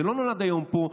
זה לא נולד היום פה,